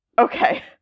Okay